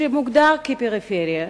שמוגדר כ"פריפריה",